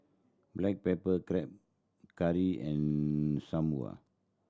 black pepper crab curry and Sam Lau